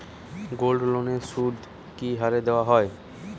গোল্ডলোনের সুদ কি হারে দেওয়া হয়?